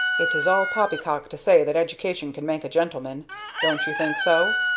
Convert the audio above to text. it is all poppycock to say that education can make a gentleman don't you think so?